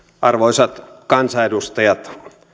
arvoisat kansanedustajat